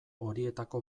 horietako